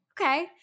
okay